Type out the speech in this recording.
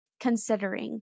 considering